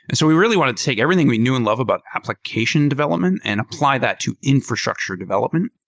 and so we really wanted to take everything we knew and love about application development and apply that to infrastructure development.